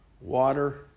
Water